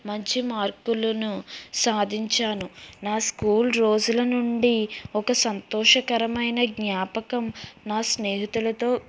మంచి మార్కులను సాధించాను నా స్కూల్ రోజుల నుండి ఒక సంతోషకరమైన జ్ఞాపకం నా స్నేహితులతో